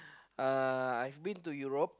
uh I've been to Europe